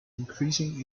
increasing